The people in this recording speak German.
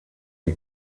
die